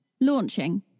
launching